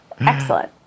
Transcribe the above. Excellent